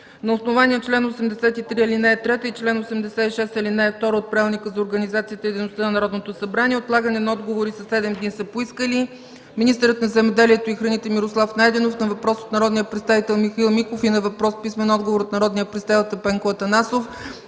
На основание чл. 83, ал. 3 и чл. 86, ал. 2 от Правилника за организацията и дейността на Народното събрание, отлагане на отговори със седем дни са поискали: - министърът на земеделието и храните Мирослав Найденов – на въпрос от народния представител Михаил Миков и на въпрос с писмен отговор от народния представител Пенко Атанасов;